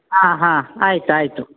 ಹಾಂ ಹಾಂ ಆಯ್ತು ಆಯಿತು